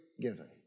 given